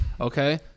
Okay